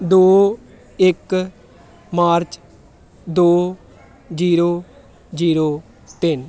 ਦੋ ਇੱਕ ਮਾਰਚ ਦੋ ਜੀਰੋ ਜੀਰੋ ਤਿੰਨ